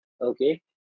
Okay